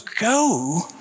go